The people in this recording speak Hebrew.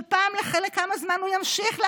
שפעם בכמה זמן הוא ימשיך לאשר,